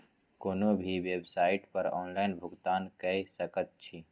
कोनो भी बेवसाइट पर ऑनलाइन भुगतान कए सकैत छी